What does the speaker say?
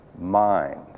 mind